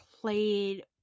played